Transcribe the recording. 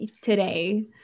today